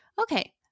Okay